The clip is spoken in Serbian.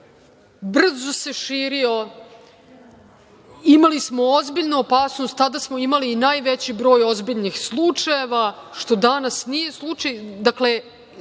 brzo se širio, imali smo ozbiljnu opasnost, tada smo imali i najveći broj ozbiljnih slučajeva, što danas nije slučaj. Dakle,